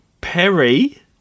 Perry